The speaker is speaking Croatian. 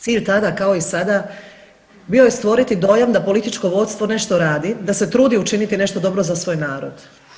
Cilj tada kao i sada bio je stvoriti dojam da političko vodstvo nešto radi, da se trudi učiniti nešto dobro za svoj narod.